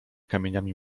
kamieniami